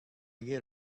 get